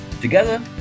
Together